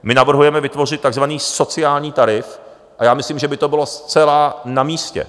My navrhujeme vytvořit takzvaný sociální tarif a já myslím, že by to bylo zcela namístě.